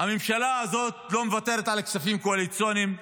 הממשלה הזאת לא מוותרת על הכספים הקואליציוניים,